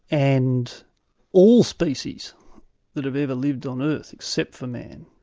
and all species that have ever lived on earth, except for man,